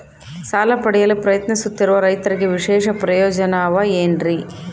ಸಾಲ ಪಡೆಯಲು ಪ್ರಯತ್ನಿಸುತ್ತಿರುವ ರೈತರಿಗೆ ವಿಶೇಷ ಪ್ರಯೋಜನ ಅವ ಏನ್ರಿ?